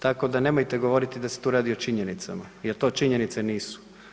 Tako da nemojte govoriti da se tu radi o činjenicama, jer to činjenice nisu.